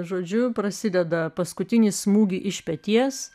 žodžiu prasideda paskutinį smūgį iš peties